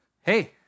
hey